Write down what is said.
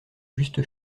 juste